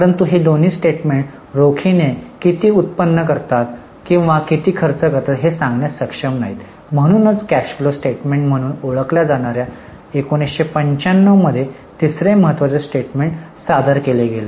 परंतु ही दोन्ही स्टेटमेंट रोखीने किती उत्पन्न करतात किंवा किती खर्च करतात हे सांगण्यास सक्षम नाहीत म्हणूनच कॅश फ्लो स्टेटमेंट म्हणून ओळखल्या जाणार्या 1995 मध्ये तिसरे महत्त्वपूर्ण स्टेटमेंट सादर केले गेले